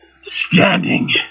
Standing